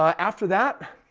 ah after that,